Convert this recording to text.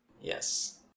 Yes